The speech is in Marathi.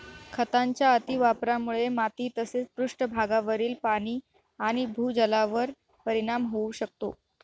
खतांच्या अतिवापरामुळे माती तसेच पृष्ठभागावरील पाणी आणि भूजलावर परिणाम होऊ शकतो